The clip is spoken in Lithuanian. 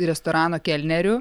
restorano kelneriu